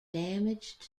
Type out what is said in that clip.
damaged